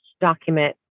document